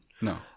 no